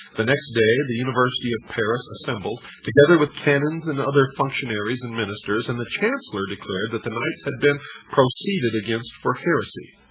the next day the university of paris assembled, together with canons and other functionaries and ministers and the chancellor declared that the knights had been proceeded against for heresy.